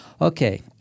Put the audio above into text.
okay